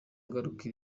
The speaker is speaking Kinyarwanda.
ngaruka